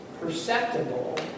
perceptible